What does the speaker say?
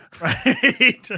right